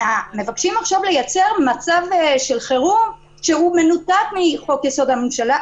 שמבקשים עכשיו ליצר מצב של חירום שהוא מנותק מחוק יסוד הממשלה.